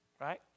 Right